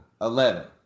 Eleven